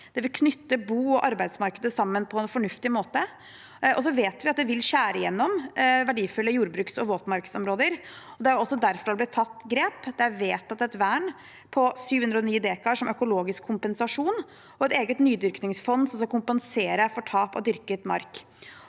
Det vil knytte bo- og arbeidsmarkedet sammen på en fornuftig måte. Så vet vi at det vil skjære gjennom verdifulle jordbruks- og våtmarksområder, og det er også derfor det er blitt tatt grep. Det er vedtatt et vern på 709 dekar som økologisk kompensasjon og et eget nydyrkingsfond som skal kompensere for tap av dyrket mark.